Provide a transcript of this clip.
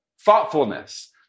thoughtfulness